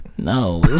No